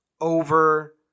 over